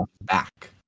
back